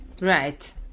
Right